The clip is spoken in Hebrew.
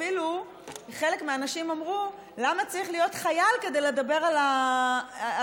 אפילו חלק מהאנשים אמרו: למה צריך להיות חייל כדי לדבר על הכיבוש?